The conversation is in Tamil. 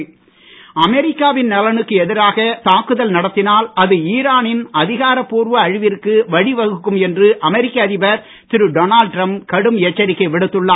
டிரம்ப் அமெரிக்காவின் நலனுக்கு எதிராக தாக்குதல் நடத்தினால் அது ஈரானின் அதிகாரப்பூர்வ அழிவிற்கு வழி வகுக்கும் என்று அமெரிக்க அதிபர் திரு டொனால்ட் டிரம்ப் கடும் எச்சரிக்கை விடுத்துள்ளார்